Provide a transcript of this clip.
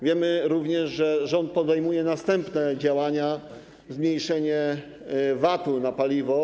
Wiemy również, że rząd podejmuje następne działania, zmniejszenie VAT-u na paliwo.